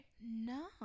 No